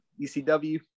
ecw